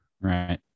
Right